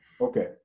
Okay